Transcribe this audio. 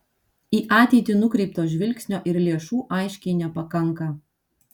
į ateitį nukreipto žvilgsnio ir lėšų aiškiai nepakanka